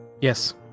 Yes